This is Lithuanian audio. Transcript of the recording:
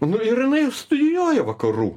nu ir jinai studijuoja vakarų